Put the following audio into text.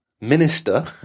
minister